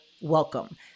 welcome